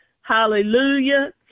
Hallelujah